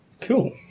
Cool